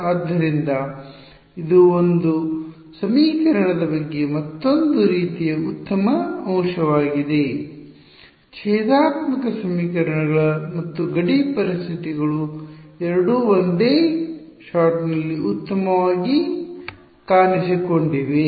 ಆದ್ದರಿಂದ ಇದು ಈ ಸಮೀಕರಣದ ಬಗ್ಗೆ ಮತ್ತೊಂದು ರೀತಿಯ ಉತ್ತಮ ಅಂಶವಾಗಿದೆ ಭೇದಾತ್ಮಕ ಸಮೀಕರಣ ಮತ್ತು ಗಡಿ ಪರಿಸ್ಥಿತಿಗಳು ಎರಡೂ ಒಂದೇ ಶಾಟ್ನಲ್ಲಿ ಉತ್ತಮವಾಗಿ ಕಾಣಿಸಿಕೊಂಡಿವೆ